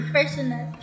Personal